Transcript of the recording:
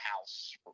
house